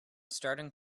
starting